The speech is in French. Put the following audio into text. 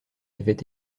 avaient